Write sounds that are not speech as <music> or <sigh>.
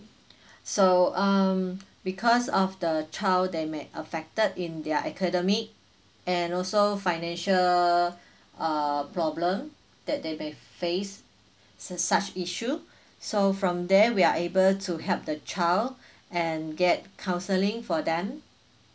so um because of the child they may affected in their academic and also financial err problem that they may face s~ such issue so from there we are able to help the child <breath> and get counseling for them